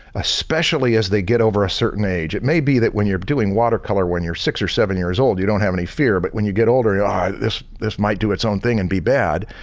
especially as they get over a certain age, it may be that when you're doing watercolor when you're six or seven years old, you don't have any fear but when you get older you're ah, this this might do its own thing and be bad.